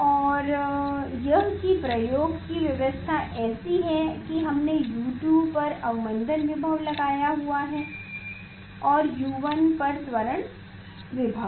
और यह कि प्रयोग की व्यवस्था ऐसी है कि हमने U2 पर अवमंदन विभव लगाया है और U1 पर त्वरण विभव